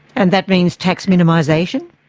and that means tax minimisation?